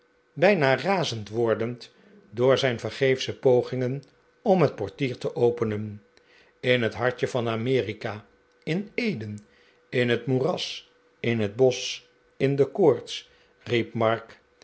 bijna razend wordend door zijn vergeefsche pogingen om het portier te openen in t hartje van amerika in eden in het moeras in het bosch in de koortsl riep mark